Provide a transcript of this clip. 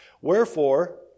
Wherefore